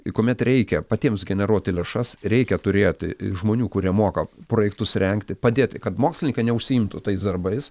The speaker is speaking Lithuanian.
į kuomet reikia patiems generuoti lėšas reikia turėti žmonių kurie moka projektus rengti padėti kad mokslininkai neužsiimtų tais darbais